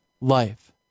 life